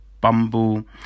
Bumble